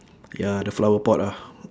ya the flower pot ah